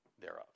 thereof